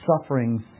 sufferings